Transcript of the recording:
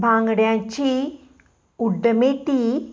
बांगड्यांची उड्डमेती